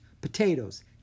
potatoes